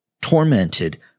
tormented